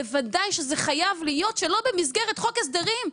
בוודאי שזה חייב להיות שלא במסגרת חוק הסדרים.